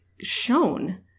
shown